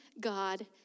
God